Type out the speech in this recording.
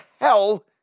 hell